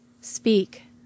Speak